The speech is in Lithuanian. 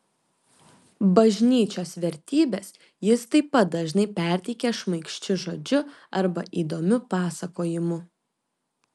bažnyčios vertybes jis taip pat dažnai perteikia šmaikščiu žodžiu arba įdomiu pasakojimu